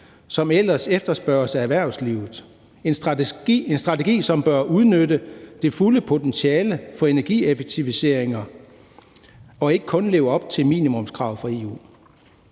som ellers efterspørges af erhvervslivet – en strategi, som bør udnytte det fulde potentiale for energieffektiviseringer og ikke kun leve op til minimumskravene fra EU.